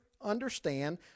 understand